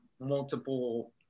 multiple